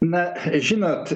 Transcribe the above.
na žinot